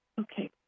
Okay